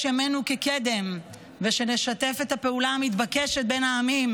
ימינו כקדם ונשתף פעולה כמתבקש בין העמים,